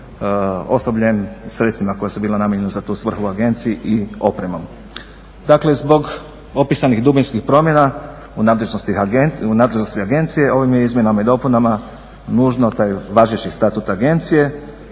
osobljem, sredstvima koja su bila namijenjena za tu svrhu agenciji i opremom. Dakle, zbog opisanih dubinskih promjena u nadležnosti Agencije ovim je izmjenama i dopunama nužno taj važeći Statut Agencije